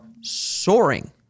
soaring